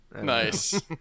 nice